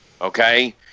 okay